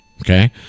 Okay